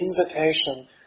invitation